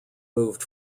moved